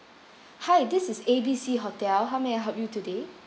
hi this is A B C hotel how may I help you today